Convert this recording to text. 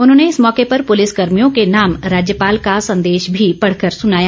उन्होंने इस मौके पर पुलिस कर्मियों के नाम राज्यपाल का संदेश भी पढ़कर सुनाया